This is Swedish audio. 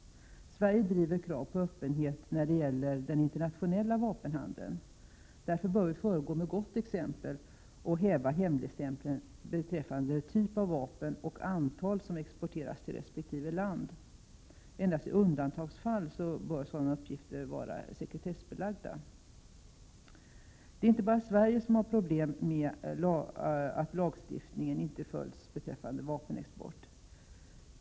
Sverige driver krav på öppenhet när det gäller den internationella vapenhandeln. Därför bör vi föregå med gott exempel och häva hemligstämpeln beträffande typ av vapen och antal vapen som exporteras till resp. land. Endast i undantagsfall bör sådana uppgifter vara sekretessbelagda. Det är inte bara Sverige som har problem med att lagstiftningen om vapenexport inte följs.